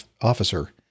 officer